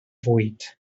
fwyd